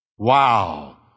Wow